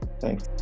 thanks